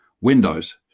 Windows